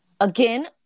again